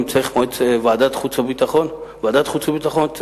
אם צריך ועדת חוץ וביטחון, אז ועדת חוץ וביטחון.